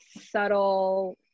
subtle